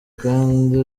kandi